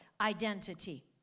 identity